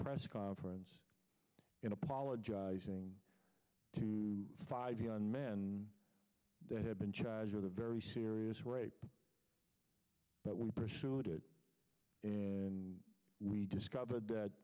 press conference in apologizing to five young men that had been charged with a very serious rape but we pursued it and we discovered that